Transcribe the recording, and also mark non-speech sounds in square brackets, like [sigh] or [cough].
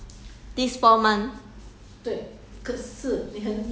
mm [noise] then like that ya lor you will save a lot of money [what]